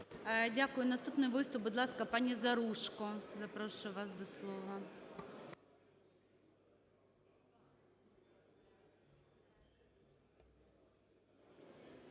Дякую. Наступний виступ, будь ласка, пані Заружко, запрошую вас до слова.